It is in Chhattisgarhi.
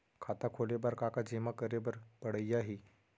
खाता खोले बर का का जेमा करे बर पढ़इया ही?